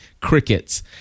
Crickets